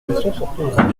rue